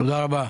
תודה רבה,